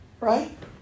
Right